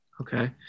Okay